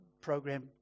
program